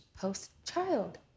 post-child